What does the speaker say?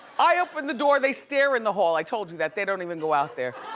i open the door, they stare in the hall, i told you that they don't even go out there.